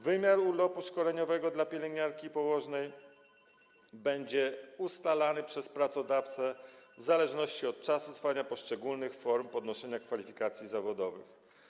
Wymiar urlopu szkoleniowego dla pielęgniarki i położnej będzie ustalany przez pracodawcę w zależności od czasu trwania poszczególnych form podnoszenia kwalifikacji zawodowych.